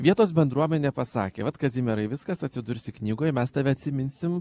vietos bendruomenė pasakė vat kazimierai viskas atsidursi knygoj mes tave atsiminsim